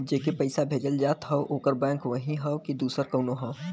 जेके पइसा भेजल जात हौ ओकर बैंक वही हौ कि दूसर कउनो हौ